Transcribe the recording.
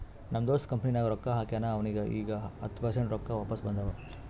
ನಮ್ ದೋಸ್ತ್ ಕಂಪನಿನಾಗ್ ರೊಕ್ಕಾ ಹಾಕ್ಯಾನ್ ಅವ್ನಿಗ ಈಗ್ ಹತ್ತ ಪರ್ಸೆಂಟ್ ರೊಕ್ಕಾ ವಾಪಿಸ್ ಬಂದಾವ್